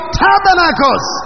tabernacles